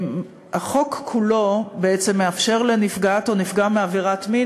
החוק כולו מאפשר לנפגעת או נפגע מעבירת מין